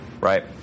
right